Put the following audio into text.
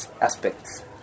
aspects